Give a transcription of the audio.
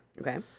Okay